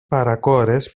παρακόρες